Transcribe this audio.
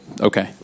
Okay